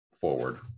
forward